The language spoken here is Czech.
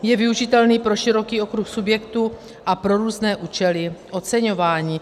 Je využitelný pro široký okruh subjektů a pro různé účely oceňování.